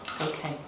Okay